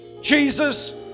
Jesus